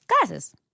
Glasses